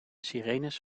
sirenes